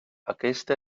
aquesta